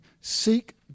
Seek